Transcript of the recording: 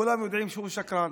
כולם יודעים שהוא שקרן,